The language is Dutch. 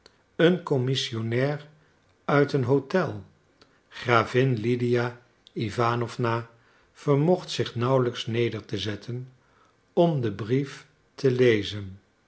een commissionnair uit een hotel gravin lydia iwanowna vermocht zich nauwelijks neder te zetten om den brief te lezen